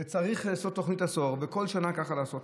וצריך לעשות תוכנית עשור, ובכל שנה ככה לעשות.